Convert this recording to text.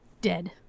dead